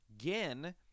again